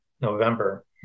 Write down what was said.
November